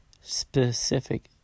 Specific